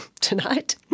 tonight